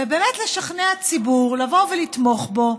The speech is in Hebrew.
לשכנע ציבור לתמוך בו.